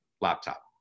laptop